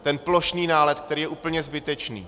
Ten plošný nálet, který je úplně zbytečný.